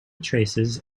traces